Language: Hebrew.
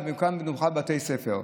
ובמיוחד בבתי ספר.